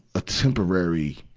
a temporary,